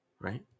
Right